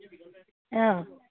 অঁ